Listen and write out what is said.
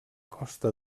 costa